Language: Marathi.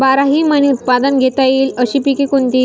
बाराही महिने उत्पादन घेता येईल अशी पिके कोणती?